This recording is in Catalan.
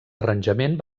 arranjament